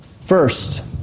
First